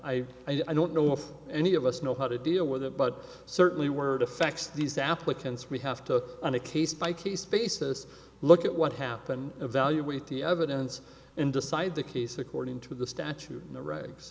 i i don't know if any of us know how to deal with it but certainly word affects these applicants we have to on a case by case basis look at what happened evaluate the evidence and decide the case according to the statute and the regs